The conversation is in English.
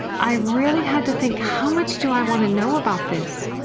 i really had to think, how much do i want to know about this.